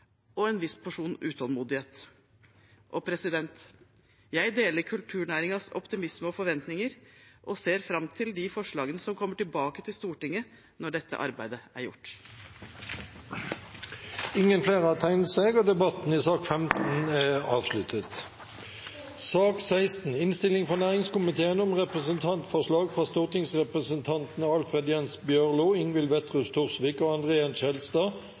og en viss porsjon utålmodighet. Jeg deler kulturnæringens optimisme og forventninger og ser fram til de forslagene som kommer tilbake til Stortinget når dette arbeidet er gjort. Flere har ikke bedt om ordet i sak nr. 15. Etter ønske fra næringskomiteen vil presidenten orden debatten slik: 3 minutter til hver partigruppe og